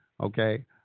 Okay